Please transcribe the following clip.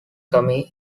comedies